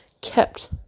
kept